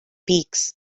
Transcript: beaks